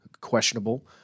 questionable